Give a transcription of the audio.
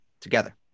Together